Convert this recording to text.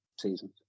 seasons